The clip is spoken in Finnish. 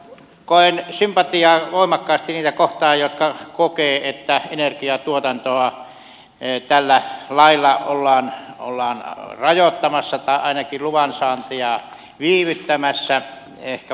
koen sympatiaa voimakkaasti niitä kohtaan jotka kokevat että energiatuotantoa tällä lailla ollaan rajoittamassa tai ainakin luvansaantia viivyttämässä ehkä vaikeuttamassakin